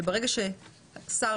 וברגע ששר